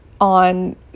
on